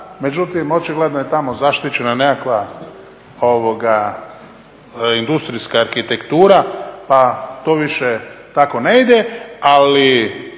međutim očigledno je tamo zaštićena nekakva industrijska arhitektura pa to više tako ne ide. Ali,